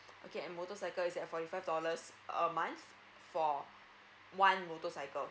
okay and motorcycle is at forty five dollars a month for one motorcycle